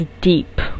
deep